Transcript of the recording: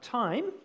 time